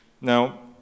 Now